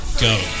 go